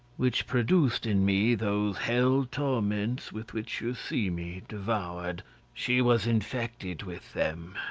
which produced in me those hell torments with which you see me devoured she was infected with them,